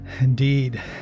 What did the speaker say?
Indeed